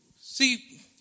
See